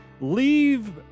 leave